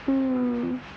mmhmm